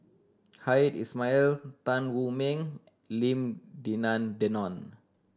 Hamed Ismail Tan Wu Meng Lim Denan Denon